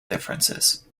differences